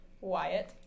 Wyatt